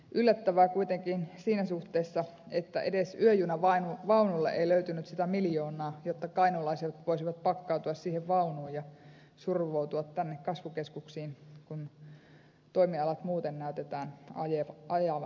yllättävää kuitenkin siinä suhteessa on se että edes yöjunavaunulle ei löytynyt sitä miljoonaa jotta kainuulaiset voisivat pakkautua siihen vaunuun ja survoutua tänne kasvukeskuksiin kun toimialat muuten näkyy ajettavan alas